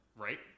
right